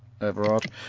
Everard